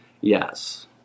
Yes